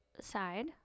Side